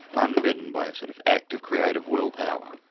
unbidden, by a sort of act of creative willpower,